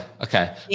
Okay